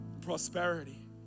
prosperity